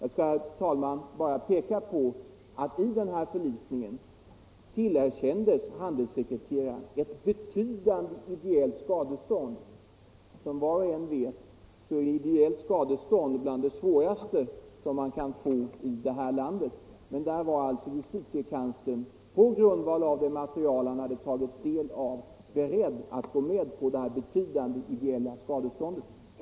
Jag skall, herr talman, bara be att få peka på att i förlikningen tillerkändes handelssekreteraren ett betydande ideellt skadestånd. Ideellt skadestånd är, som var och en vet, bland det svåraste som man kan få i det här landet. Men på grundval av det material justitiekanslern hade tagit del av var han beredd att gå med på detta betydande ideella skadestånd.